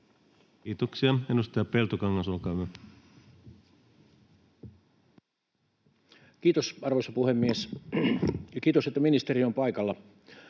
Kiitoksia. — Edustaja Peltokangas, olkaa hyvä. Kiitos, arvoisa puhemies! Ja kiitos, että ministeri on paikalla.